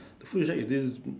the food shack is this